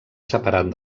separat